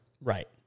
Right